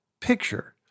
picture